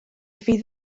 fydd